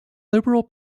liberal